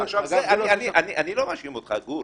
אני לא מאשים אותך, גור.